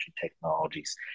technologies